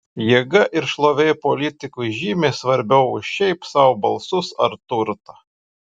jėga ir šlovė politikui žymiai svarbiau už šiaip sau balsus ar turtą